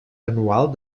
anual